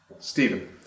Stephen